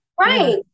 Right